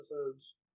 episodes